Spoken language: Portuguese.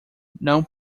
não